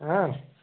हाँ